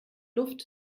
luft